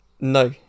No